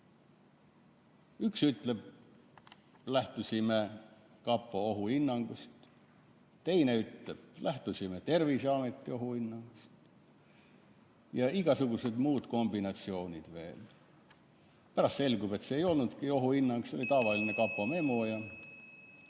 Üks ütleb, et lähtusime kapo ohuhinnangust, teine ütleb, et lähtusime Terviseameti ohuhinnangust, ja igasugused muud kombinatsioonid on veel. Pärast selgub, et see ei olnudki ohuhinnang, see oli tavaline kapo memo.